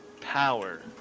power